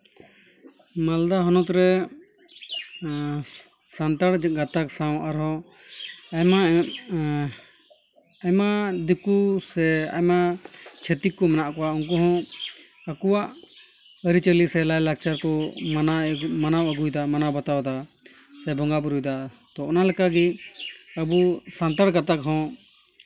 ᱢᱟᱞᱫᱟ ᱦᱚᱱᱚᱛ ᱨᱮ ᱥᱟᱱᱛᱟᱲ ᱜᱟᱛᱟᱠ ᱥᱟᱶ ᱟᱨᱦᱚᱸ ᱟᱭᱢᱟ ᱟᱭᱢᱟ ᱫᱤᱠᱩ ᱥᱮ ᱟᱭᱢᱟ ᱪᱷᱟᱹᱛᱤᱠ ᱠᱚ ᱢᱮᱱᱟᱜ ᱠᱚᱣᱟ ᱩᱱᱠᱩ ᱦᱚᱸ ᱟᱠᱚᱣᱟᱜ ᱟᱹᱨᱤᱼᱪᱟᱹᱞᱤ ᱥᱮ ᱞᱟᱭᱼᱞᱟᱠᱪᱟᱨ ᱠᱚ ᱢᱟᱱᱟᱣ ᱢᱟᱱᱟᱣ ᱟᱹᱜᱩᱭᱮᱫᱟ ᱢᱟᱱᱟᱣ ᱵᱟᱛᱟᱣᱮᱫᱟ ᱥᱮ ᱵᱚᱸᱜᱟᱼᱵᱳᱨᱳᱭᱮᱫᱟ ᱛᱚ ᱚᱱᱟ ᱞᱮᱠᱟᱜᱮ ᱟᱵᱚ ᱥᱟᱱᱛᱟᱲ ᱜᱟᱛᱟᱠ ᱦᱚᱸ